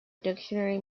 dictionary